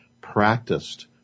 practiced